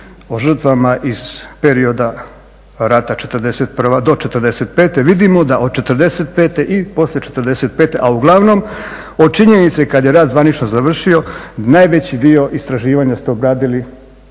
o žrtvama iz perioda rata '41. do '45. Vidimo da od '45. i poslije '45., a uglavnom od činjenice kad je rat zvanično završio najveći dio istraživanja ste obradili